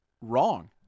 wrong